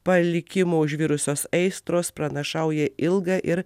palikimo užvirusios aistros pranašauja ilgą ir